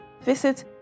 visit